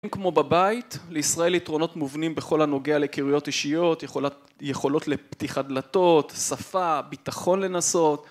כמו בבית, לישראל יתרונות מובנים בכל הנוגע להיכרויות אישיות, יכולות לפתיחת דלתות, שפה, ביטחון לנסות.